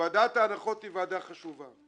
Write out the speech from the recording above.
ועדת ההנחות היא ועדה חשובה.